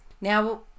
Now